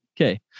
Okay